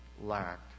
lacked